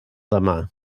demà